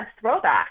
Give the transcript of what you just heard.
throwback